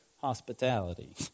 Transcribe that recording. hospitality